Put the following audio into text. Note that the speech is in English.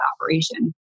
operation